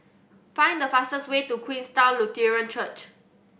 find the fastest way to Queenstown Lutheran Church